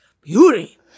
Beauty